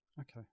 Okay